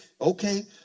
Okay